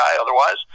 otherwise